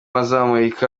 bazamurika